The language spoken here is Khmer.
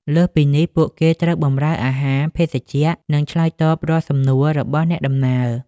លើសពីនេះ ពួកគេត្រូវបម្រើអាហារ ភេសជ្ជៈ និងឆ្លើយតបរាល់សំណួររបស់អ្នកដំណើរ។